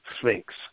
Sphinx